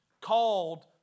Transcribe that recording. called